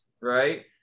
right